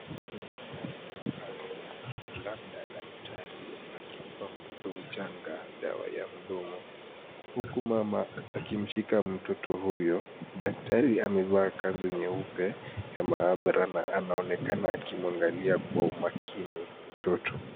Mfanyakazi wa afya labda daktari akimpa mtoto mchanga dawa ya mdomo, huku mama akimshika mtoto huyo. Daktari amevaa kanzu nyeupe ya maabara na anaonekana akimuangalia kwa umakini mtoto.